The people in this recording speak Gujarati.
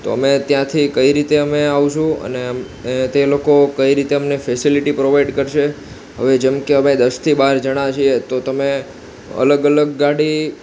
તો અમે ત્યાંથી કઈ રીતે અમે આવશું અને તે લોકો કઈ રીતે અમને ફેસેલિટી પ્રોવાઈડ કરશે હવે જેમકે અમે દસથી વાર જણા છીએ તો તમે અલગ અલગ ગાડી